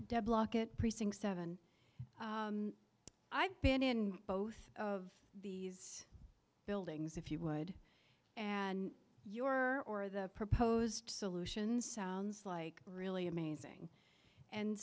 deadlock at precinct seven i've been in both of the buildings if you would and your or the proposed solutions sounds like really amazing and